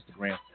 Instagram